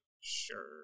Sure